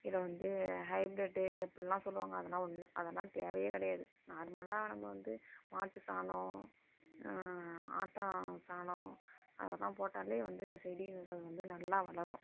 இதில் வந்து ஹைப்ரிட்டு அப்படிலாம் சொல்லுவாங்கள் அதெல்லாம் ஒன்று அதெல்லாம் தேவையே கிடையாது நார்மலாக நம்ம வந்து மாட்டு சாணம் ஆட்டு சாணம் அதெல்லாம் போட்டாலே வந்து செடிகள் வந்து நல்லா வளரும்